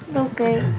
okay,